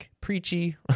preachy